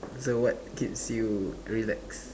so what keeps you relax